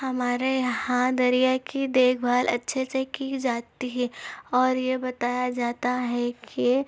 ہمارے یہاں دریا کی دیکھ بھال اچھے سے کی جاتی ہے اور یہ بتایا جاتا ہے کہ